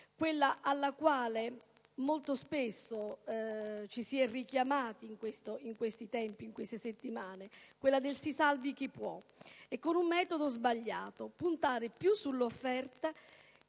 e alla quale molto spesso ci si è richiamati in questi tempi, in queste settimane, cioè quella del «si salvi chi può» e con un metodo sbagliato: puntare sull'offerta